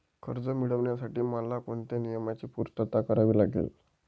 कर्ज मिळविण्यासाठी मला कोणत्या नियमांची पूर्तता करावी लागेल?